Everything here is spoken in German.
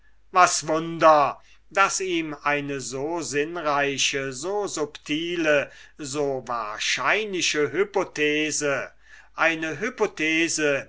was wunder daß ihm eine so sinnreiche so subtile so wahrscheinliche hypothese eine hypothese